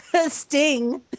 Sting